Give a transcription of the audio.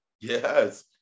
Yes